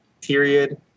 Period